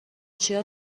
چیا